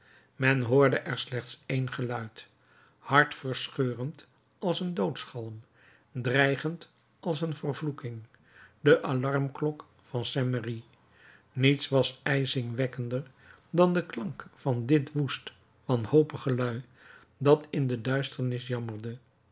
men hoorde er slechts één geluid hartverscheurend als een doodsgalm dreigend als een vervloeking de alarmklok van saint merry niets was ijzingwekkender dan de klank van dit woest wanhopig gelui dat in de duisternis jammerde